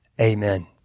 Amen